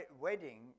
wedding